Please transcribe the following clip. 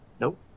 Nope